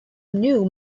new